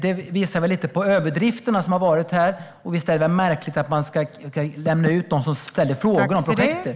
Det visar lite på de överdrifter som har varit, och visst är det märkligt att man ska lämna ut dem som ställer frågor om projektet.